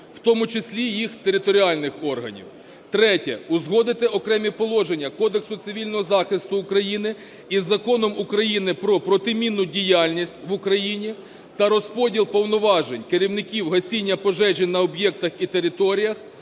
в тому числі їх територіальних органів. Третє – узгодити окремі положення Кодексу цивільного захисту України із Законом України "Про протимінну діяльність в Україні" та розподіл повноважень керівників гасіння пожежі на об'єктах і територіях,